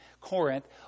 Corinth